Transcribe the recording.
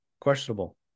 questionable